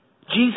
Jesus